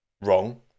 wrong